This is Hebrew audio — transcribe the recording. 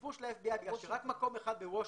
הסיפור של ה-FBI, רק מקום אחד, בוושינגטון,